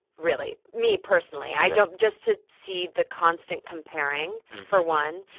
really me, personally. i don't just to see the constant comparing, for one.